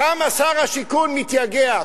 כמה שר השיכון מתייגע,